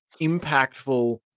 impactful